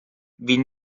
wie